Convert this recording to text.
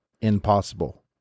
impossible